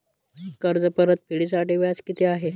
कर्ज परतफेडीसाठी व्याज किती आहे?